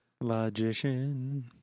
logician